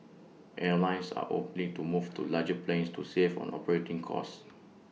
airlines are opting to move to larger planes to save on operating costs